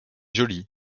jolie